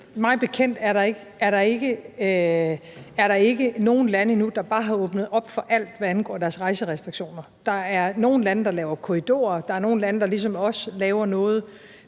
Mig bekendt er der ikke nogen lande endnu, der bare har åbnet op for alt, hvad angår deres rejserestriktioner. Der er nogle lande, der laver korridorer, der er nogle lande, der ligesom os laver noget